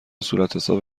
صورتحساب